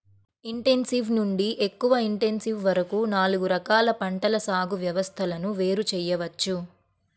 intensive నుండి ఎక్కువ intensive వరకు నాలుగు రకాల పంటల సాగు వ్యవస్థలను వేరు చేయవచ్చు